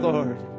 Lord